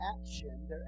action